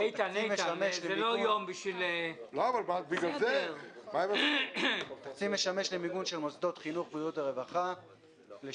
אבל חלקה הגדול של רמת